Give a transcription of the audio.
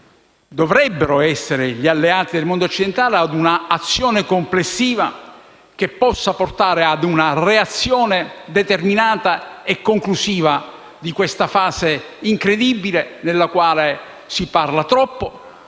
dovrebbero essere gli alleati di quel mondo ad un'azione complessiva che possa portare ad una reazione determinata e conclusiva di questa fase incredibile, nella quale si parla troppo.